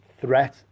threat